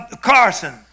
Carson